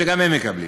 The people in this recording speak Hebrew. שגם הם מקבלים.